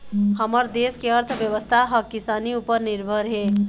हमर देस के अर्थबेवस्था ह किसानी उपर निरभर हे